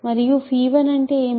మరియు 1 అంటే ఏమిటి